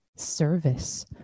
service